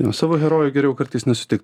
nu savo herojų geriau kartais nesutikt